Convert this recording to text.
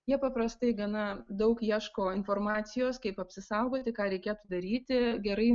jie paprastai gana daug ieško informacijos kaip apsisaugoti ką reikėt daryti gerai